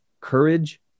courage